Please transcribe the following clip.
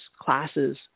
classes